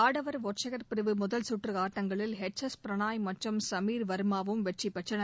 ஆடவர் ஒற்றையர் பிரிவு முதல் சுற்று ஆட்டங்களில் பிரணாய் மற்றும் சமீர் வர்மாவும் வெற்றி பெற்றனர்